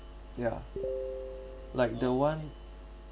yeah like the one